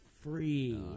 free